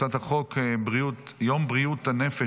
הצעת חוק יום בריאות הנפש,